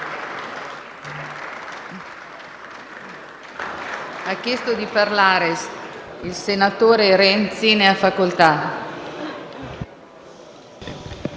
Grazie,